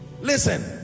Listen